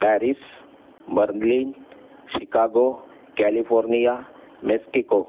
Paris Berlin Chicago California Mexico